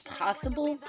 possible